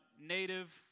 Native